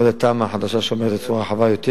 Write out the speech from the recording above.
בעוד התמ"א החדשה שומרת רצועה רחבה יותר